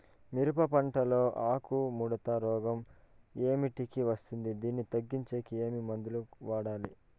మిరప పంట లో ఆకు ముడత రోగం ఏమిటికి వస్తుంది, దీన్ని తగ్గించేకి ఏమి మందులు వాడాలి?